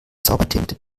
zaubertinte